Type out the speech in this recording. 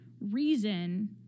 reason